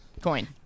coin